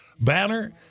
banner